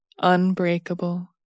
unbreakable